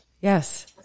Yes